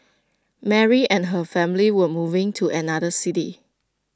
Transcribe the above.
Mary and her family were moving to another city